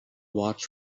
watch